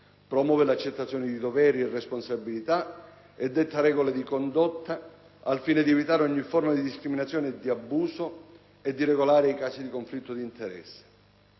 promuove l'accettazione di doveri e responsabilità e detta regole di condotta, al fine di evitare ogni forma di discriminazione e di abuso e di regolare i casi di conflitto di interessi.